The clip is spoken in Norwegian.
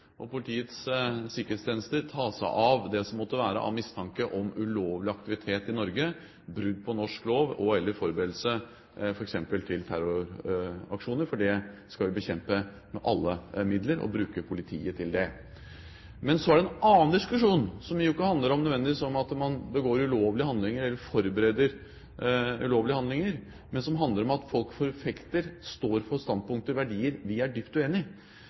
og Politiets sikkerhetstjeneste ta seg av det som måtte være av mistanke om ulovlig aktivitet i Norge, brudd på norsk lov og/eller forberedelser f.eks. til terroraksjoner, for det skal vi bekjempe med alle midler og bruke politiet til. Men så er det en annen diskusjon som ikke nødvendigvis handler om at man begår ulovlige handlinger eller forbereder ulovlige handlinger, men som handler om at folk forfekter standpunkter og står for verdier vi er dypt uenig